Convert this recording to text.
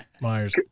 Myers